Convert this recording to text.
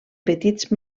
petits